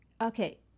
okay